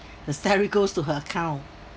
the salary goes to her account